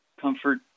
comfort